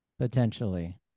Potentially